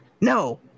No